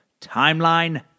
Timeline